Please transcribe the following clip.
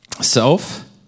Self